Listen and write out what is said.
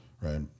right